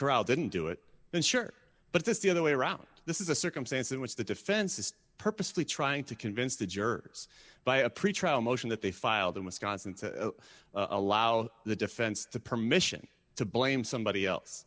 corral didn't do it then sure but that's the other way around this is a circumstance in which the defense is purposely trying to convince the jurors by a pretrial motion that they filed in wisconsin to allow the defense to permission to blame somebody else